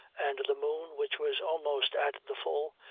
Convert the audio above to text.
and the moon, which was almost at the full,